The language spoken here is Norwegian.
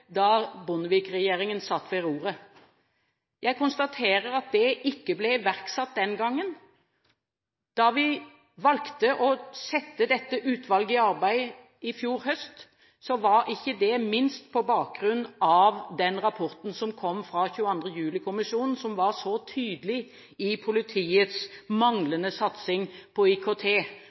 da Bondevik-regjeringen satt ved roret. Jeg konstaterer at det ikke ble iverksatt den gangen. Da vi valgte å sette dette utvalget i arbeid i fjor høst, var det ikke minst på bakgrunn av den rapporten som kom fra 22. juli-kommisjonen, som var så tydelig på politiets manglende satsing på IKT,